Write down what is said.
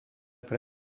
pre